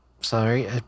Sorry